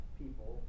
people